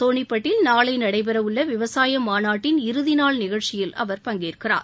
சோனிப்பட்டில் நாளை நடைபெறவுள்ள விவசாய மாநாட்டின் இறுதி நாள் நிகழ்ச்சியில் அவர் பங்கேற்கிறார்